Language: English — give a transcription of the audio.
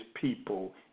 people